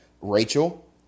Rachel